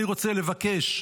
אני רוצה לבקש,